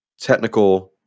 technical